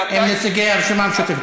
הם נציגי הרשימה המשותפת.